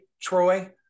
Troy